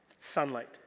Sunlight